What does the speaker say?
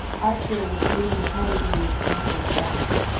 archer was dealing hurriedly with crowding thoughts.